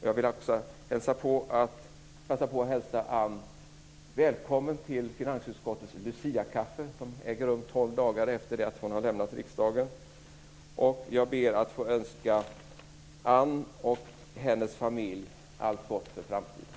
Jag vill också passa på att hälsa Anne välkommen till finansutskottets luciakaffe, som äger rum tolv dagar efter det att hon har lämnat riksdagen. Jag ber även att få önska Anne och hennes familj allt gott för framtiden.